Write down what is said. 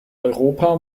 europa